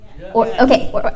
Okay